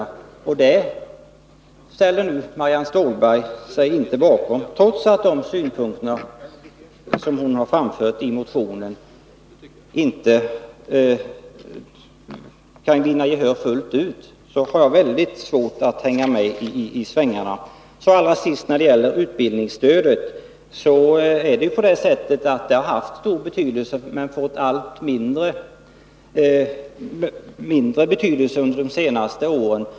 Marianne Stålberg ställer sig nu inte bakom detta förslag, trots att de synpunkter som hon har framfört i motionen inte kan få fullt gehör, och då har jag väldigt svårt att hänga med i svängarna. När det gäller utbildningsstödet har det haft stor betydelse men har fått allt mindre betydelse under de senaste åren.